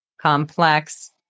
complex